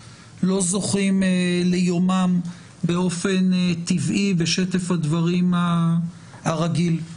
לא זוכים ליומם באופן טבעי בשטף הדברים הרגיל.